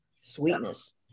Sweetness